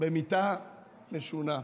במיתה משונה.